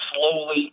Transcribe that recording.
slowly